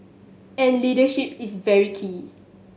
and leadership is very key